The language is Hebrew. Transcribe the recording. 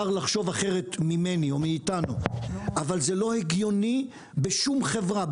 לחשוב אחרת ממני או מאיתנו אבל זה לא הגיוני בשום חברה,